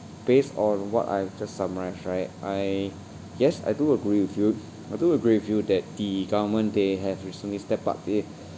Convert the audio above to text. based on what I have just summarise right I yes I do agree with you I do agree with you that the government they have recently step up i~